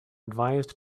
advised